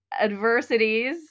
adversities